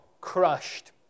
crushed